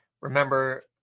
Remember